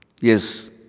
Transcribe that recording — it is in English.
Yes